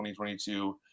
2022